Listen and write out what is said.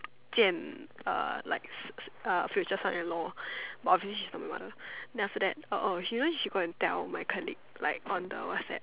见 uh like uh future son in law Bavis is the mother then after that oh you know she go and tell my colleague like on the WhatsApp's